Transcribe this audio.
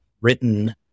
written